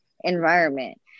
environment